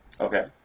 Okay